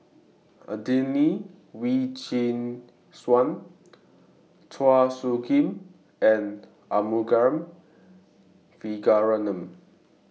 Adelene Wee Chin Suan Chua Soo Khim and Arumugam Vijiaratnam